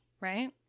Right